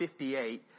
58